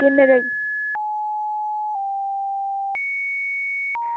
किन्ने बजे